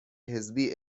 حزبی